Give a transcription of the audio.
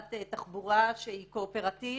חברת תחבורה שהיא קואופרטיב